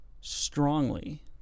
strongly